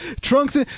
trunks